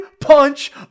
punch